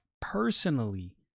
personally